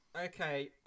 Okay